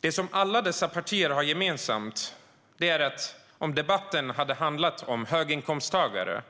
Det som alla dessa partier har gemensamt är att om debatten hade handlat om höginkomsttagare,